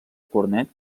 cornet